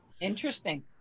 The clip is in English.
interesting